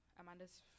amanda's